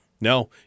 no